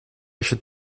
should